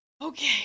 okay